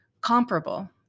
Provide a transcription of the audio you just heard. comparable